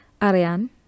Arian